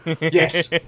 Yes